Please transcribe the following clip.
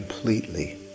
Completely